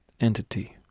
entity